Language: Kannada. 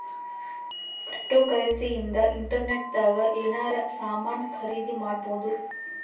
ಕ್ರಿಪ್ಟೋಕರೆನ್ಸಿ ಇಂದ ಇಂಟರ್ನೆಟ್ ದಾಗ ಎನಾರ ಸಾಮನ್ ಖರೀದಿ ಮಾಡ್ಬೊದು